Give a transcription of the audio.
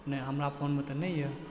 नहि हमरा फोनमे तऽ नहि यऽ